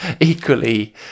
equally